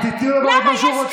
את תיתני לו לומר, למה?